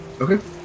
Okay